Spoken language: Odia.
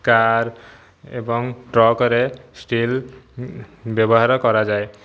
କାର୍ ଏବଂ ଟ୍ରକରେ ଷ୍ଟିଲ୍ ବ୍ୟବହାର କରାଯାଏ